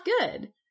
good